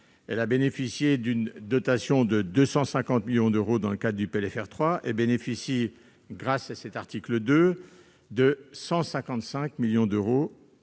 a bénéficié d'une dotation de 250 millions d'euros dans le cadre du PLFR 3 et bénéficie, grâce au présent article 2, de 155 millions d'euros